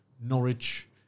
Norwich